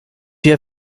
you